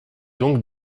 donc